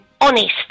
honest